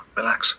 relax